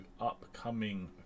upcoming